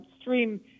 stream